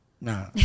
Nah